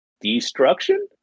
destruction